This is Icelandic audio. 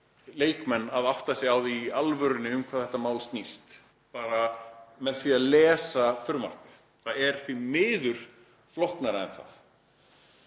leikmenn að átta sig á því í alvörunni um hvað þetta mál snýst bara með því að lesa frumvarpið. Það er því miður flóknara en